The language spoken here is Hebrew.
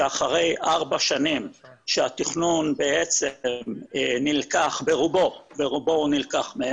וזה אחרי ארבע שנים שהתכנון בעצם נלקח ברובו מהן,